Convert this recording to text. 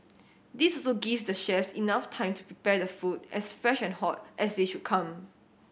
this also give the chefs enough time to prepare the food as fresh and hot as they should come